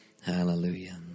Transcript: Hallelujah